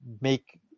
make